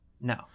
No